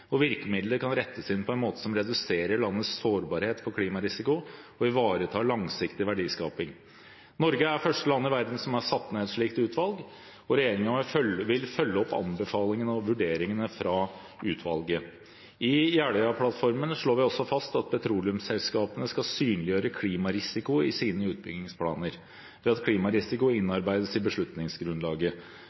og virkemidler kan rettes inn på en måte som reduserer landets sårbarhet for klimarisiko og ivareta langsiktig verdiskaping. Norge er første land i verden som har satt ned et slikt utvalg, og regjeringen vil følge opp anbefalingene og vurderingene fra utvalget. I Jeløya-plattformen slår vi også fast at petroleumsselskapene skal synliggjøre klimarisiko i sine utbyggingsplaner ved at klimarisiko innarbeides i beslutningsgrunnlaget.